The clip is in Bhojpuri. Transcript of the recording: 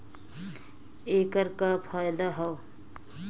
ऐकर का फायदा हव?